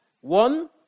one